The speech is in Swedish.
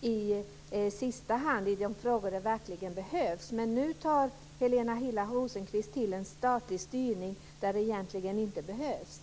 i sista hand i de frågor där det verkligen behövs. Nu tar Helena Hillar Rosenqvist till en statlig styrning där det egentligen inte behövs.